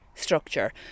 structure